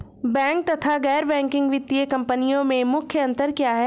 Bank तथा गैर banking वित्तीय कंपनियों में मुख्य अंतर क्या है?